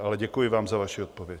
Ale děkuji vám za vaši odpověď.